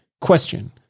Question